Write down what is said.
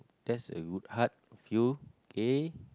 that's a good hard few eh